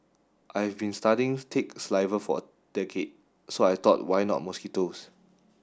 I've been studying tick saliva for a decade so I thought why not mosquitoes